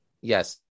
Yes